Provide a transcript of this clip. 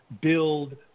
build